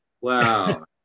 Wow